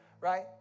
right